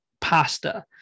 pasta